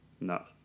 No